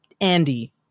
Andy